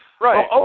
Right